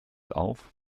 auf